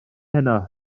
heno